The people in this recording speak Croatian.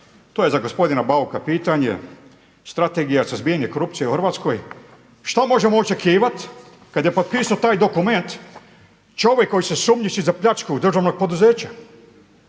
to je za gospodina Bauka pitanje, Strategija suzbijanje korupcije u Hrvatskoj. šta možemo očekivati kada je potpisao taj dokument čovjek koji se sumnjiči za pljačku državnog poduzeća?